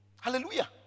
Hallelujah